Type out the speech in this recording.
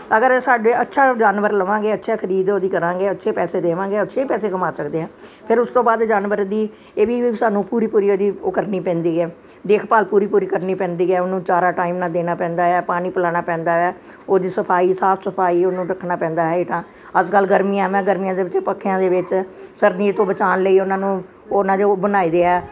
ਅਗਰ ਸਾਡੇ ਅੱਛਾ ਜਾਨਵਰ ਲਵਾਂਗੇ ਅੱਛਾ ਖਰੀਦ ਉਹਦੀ ਕਰਾਂਗੇ ਅੱਛੇ ਪੈਸੇ ਦੇਵਾਂਗੇ ਅੱਛੇ ਪੈਸੇ ਕਮਾ ਸਕਦੇ ਹਾਂ ਫਿਰ ਉਸ ਤੋਂ ਬਾਅਦ ਜਾਨਵਰ ਦੀ ਇਹ ਵੀ ਸਾਨੂੰ ਪੂਰੀ ਪੂਰੀ ਉਹਦੀ ਉਹ ਕਰਨੀ ਪੈਂਦੀ ਹੈ ਦੇਖਭਾਲ ਪੂਰੀ ਪੂਰੀ ਕਰਨੀ ਪੈਂਦੀ ਹੈ ਉਹਨੂੰ ਚਾਰਾ ਟਾਈਮ ਨਾਲ ਦੇਣਾ ਪੈਂਦਾ ਹੈ ਪਾਣੀ ਪਿਲਾਉਣਾ ਪੈਂਦਾ ਹੈ ਉਹਦੀ ਸਫਾਈ ਸਾਫ ਸਫਾਈ ਉਹਨੂੰ ਰੱਖਣਾ ਪੈਂਦਾ ਹੇਠਾਂ ਅੱਜ ਕੱਲ੍ਹ ਗਰਮੀਆਂ ਮੈਂ ਗਰਮੀਆਂ ਦੇ ਵਿੱਚ ਪੱਖਿਆਂ ਦੇ ਵਿੱਚ ਸਰਦੀ ਤੋਂ ਬਚਾਉਣ ਲਈ ਉਹਨਾਂ ਨੂੰ ਉਹਨਾਂ ਦੇ ਉਹ ਬਣਾਏ ਦੇ ਆ